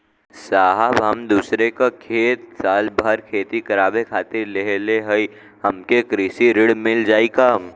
साहब हम दूसरे क खेत साल भर खेती करावे खातिर लेहले हई हमके कृषि ऋण मिल जाई का?